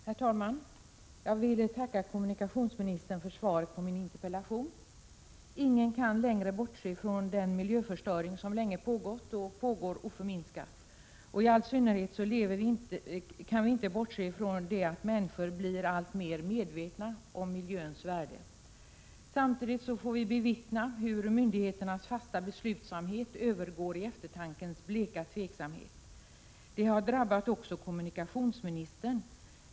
Herr talman! Jag vill tacka kommunikationsministern för svaret på min interpellation. Ingen kan längre bortse från den miljöförstöring som länge pågått och pågår oförminskat. I all synnerhet kan vi inte bortse från att människor blir alltmer medvetna om miljöns värde. Samtidigt får vi bevittna hur myndigheternas fasta beslutsamhet övergår i eftertankens bleka tveksamhet. Det har drabbat också kommunikationsministern.